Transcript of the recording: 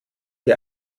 ihr